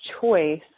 choice